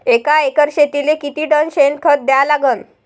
एका एकर शेतीले किती टन शेन खत द्या लागन?